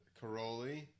Caroli